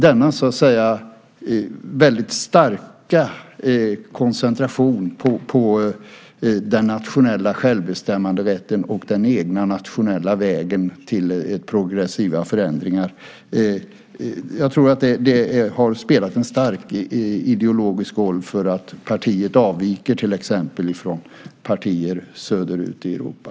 Denna väldigt starka koncentration på den nationella självbestämmanderätten och den egna nationella vägen mot progressiva förändringar tror jag har spelat en stark ideologisk roll för att partiet avviker till exempel från partier söderut i Europa.